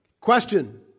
Question